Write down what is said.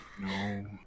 No